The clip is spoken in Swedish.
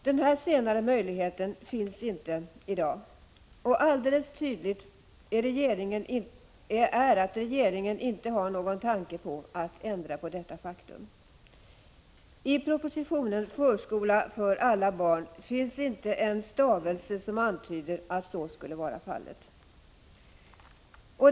Den här senare möjligheten finns inte i dag, och det är alldeles tydligt att regeringen inte har någon tanke på att ändra detta faktum. I propositionen Förskola för alla barn finns inte en stavelse som antyder att så skulle vara fallet.